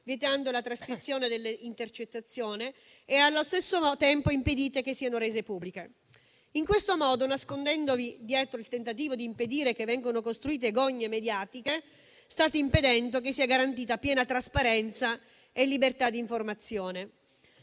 vietando la trascrizione delle intercettazioni, e allo stesso tempo impedite che siano rese pubbliche. In questo modo, nascondendovi dietro il tentativo di impedire che vengano costruite gogne mediatiche, state impedendo che sia garantita piena trasparenza e libertà di informazione: